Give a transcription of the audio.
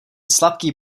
sladký